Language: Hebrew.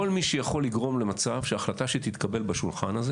כל מי שיכול לגרום למצב שהחלטה שתתקבל בשולחן הזה